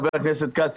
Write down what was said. חבר הכנסת כץ,